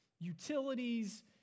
utilities